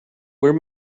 where